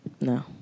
No